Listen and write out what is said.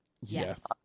Yes